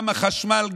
גם החשמל,